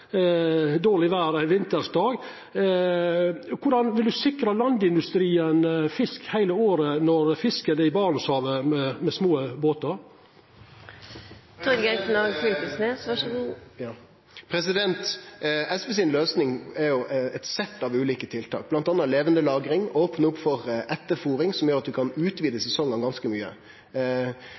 dårleg vêr ein vinterdag. Korleis vil han sikra landindustrien fisk heile året når ein fiskar i Barentshavet med små båtar? SV si løysing er eit sett av ulike tiltak, bl.a. levande lagring, opne opp for etterf?ring, som gjer at ein kan utvide sesongen ganske